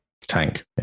Tank